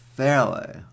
Fairly